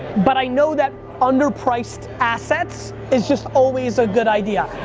but i know that under-priced assets is just always a good idea.